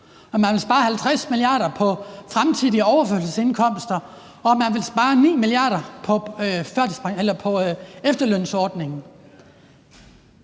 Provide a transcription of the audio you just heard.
at man vil spare 50 mia. kr. på fremtidige overførselsindkomster, og at man vil spare 9 mia. kr. på efterlønsordningen.